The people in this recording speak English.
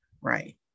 right